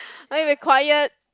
I will be quiet